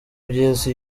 byiza